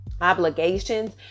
obligations